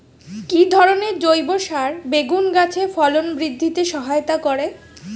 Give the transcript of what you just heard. কি ধরনের জৈব সার বেগুন গাছে ফলন বৃদ্ধিতে সহায়তা করে?